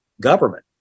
government